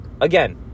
Again